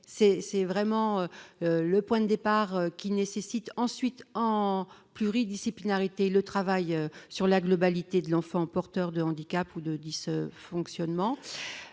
est vraiment le point de départ qui nécessite, ensuite, en pluridisciplinarité, le travail sur la globalité de l'enfant porteur de handicap ou de dysfonctionnements.